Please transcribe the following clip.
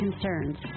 concerns